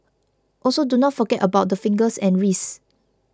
also do not forget about the fingers and wrists